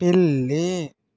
పిల్లి